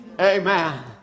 Amen